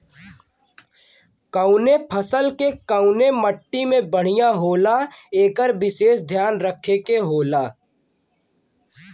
कउनो फसल के कउने मट्टी में बढ़िया होला एकर विसेस धियान रखे के होला